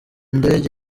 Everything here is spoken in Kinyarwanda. ndege